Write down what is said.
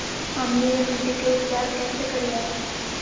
अम्लीय मिट्टी के उपचार कैसे करियाय?